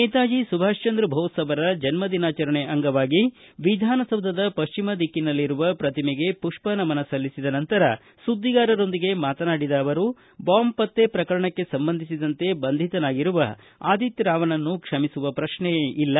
ನೇತಾಜಿ ಸುಭಾಷ್ ಚಂದ್ರ ಬೋಸ್ ಅವರ ಜನ್ಸದಿನಾಚರಣೆ ಅಂಗವಾಗಿ ವಿಧಾನಸೌಧದ ಪಶ್ಚಿಮ ದಿಕ್ಕಿನಲ್ಲಿರುವ ಪ್ರತಿಮೆಗೆ ಪುಷ್ಪನಮನ ಸಲ್ಲಿಸಿದ ನಂತರ ಸುದ್ದಿಗಾರರೊಂದಿಗೆ ಮಾತನಾಡಿದ ಅವರು ಬಾಂಬ್ ಪತ್ತೆ ಪ್ರಕರಣಕ್ಕೆ ಸಂಬಂಧಿಸಿದಂತೆ ಬಂಧಿತನಾಗಿರುವ ಆದಿತ್ಯ ರಾವ್ನನ್ನು ಕ್ಷಮಿಸುವ ಶ್ರಶ್ನೆಯೇ ಇಲ್ಲ